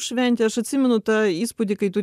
šventę aš atsimenu tą įspūdį kai tu